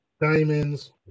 diamonds